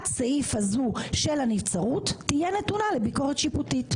הסעיף הזו של הנבצרות תהיה נתונה לביקורת שיפוטית.